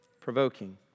provoking